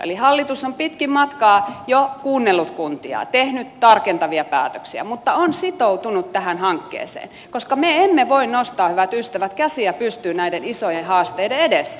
eli hallitus on pitkin matkaa jo kuunnellut kuntia tehnyt tarkentavia päätöksiä mutta on sitoutunut tähän hankkeeseen koska me emme voi nostaa hyvät ystävät käsiä pystyyn näiden isojen haasteiden edessä